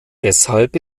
deshalb